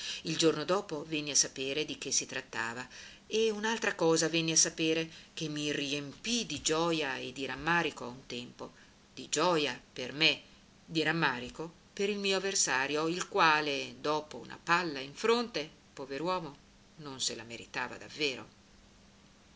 il giorno dopo venni a sapere di che si trattava e un'altra cosa venni a sapere che mi riempì di gioja e di rammarico a un tempo di gioja per me di rammarico per il mio avversario il quale dopo una palla in fronte pover uomo non se la meritava davvero